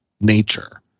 nature